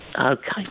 Okay